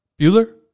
Bueller